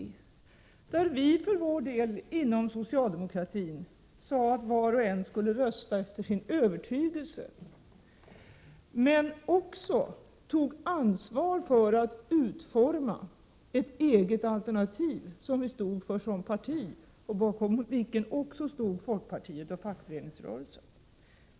Det var därför som en folkomröstning genomfördes 1980, där vi inom socialdemokratin sade att var och en skulle rösta efter sin övertygelse men också tog ansvar för att utforma ett eget alternativ som vi stod för som parti och bakom vilket också stod folkpartiet och fackföreningsrörelsen.